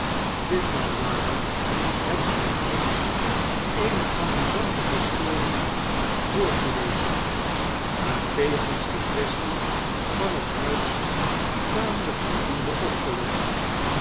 jarber hebt gy ons eene amusante historie voorgelezen maar tevens de quaestie van het huis tamelyk voldoende opgelost